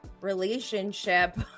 relationship